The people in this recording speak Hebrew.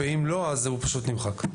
ואם לא הוא פשוט נמחק.